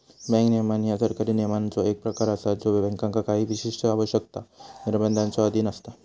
bank नियमन ह्या सरकारी नियमांचो एक प्रकार असा ज्यो बँकांका काही विशिष्ट आवश्यकता, निर्बंधांच्यो अधीन असता